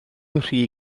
nghri